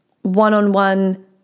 one-on-one